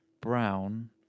Brown